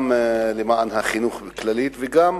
גם למען החינוך בכלל וגם